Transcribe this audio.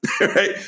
right